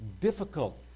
difficult